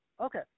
Okay